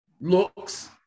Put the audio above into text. looks